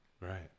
Right